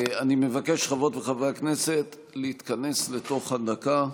אני מבקש, חברות וחברי הכנסת, להתכנס לתוך הדקה.